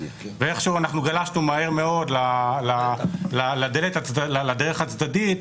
ואיכשהו גלשנו מהר מאוד לדרך הצדדית,